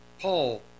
Paul